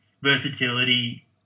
versatility